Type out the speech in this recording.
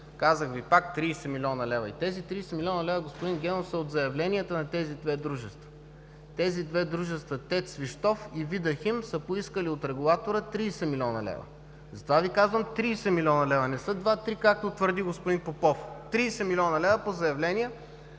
казах Ви с 30 млн. лв. Тези 30 млн. лв., господин Генов, са от заявленията на две дружества. Тези две дружества – ТЕЦ „Свищов“ и „Видахим“, са поискали от регулатора 30 млн. лв. Затова Ви казвам 30 млн. лв., не са 2-3, както твърди господин Попов. Тридесет милиона лева по заявления